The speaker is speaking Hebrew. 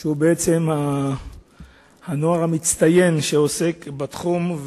שהוא הנוער המצטיין שעוסק בתחום,